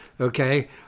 Okay